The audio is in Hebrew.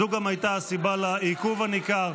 זו גם הייתה הסיבה לעיכוב הניכר.